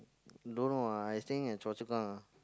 don't know ah I staying at Choa-Chu-Kang ah